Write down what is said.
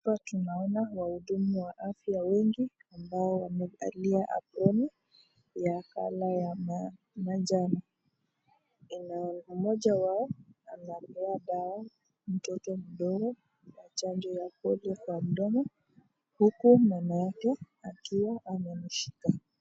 Hapa tunaona wahudumu wa afya wengi ambao wamevalia aproni ya rangi ya manjano. Mmoja wao anampea dawa mtoto mdogo, chanjo ya polio kwa mdomo huku mama yake amemshika.